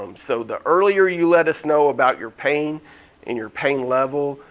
um so the earlier you let us know about your pain and your pain level,